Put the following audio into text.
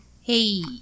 Hey